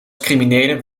criminelen